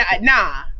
Nah